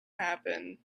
happen